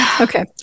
Okay